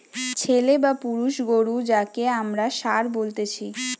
ছেলে বা পুরুষ গরু যাঁকে আমরা ষাঁড় বলতেছি